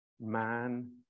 man